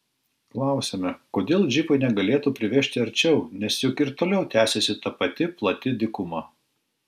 klausiame kodėl džipai negalėtų privežti arčiau nes juk ir toliau tęsiasi ta pati plati dykuma